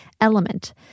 element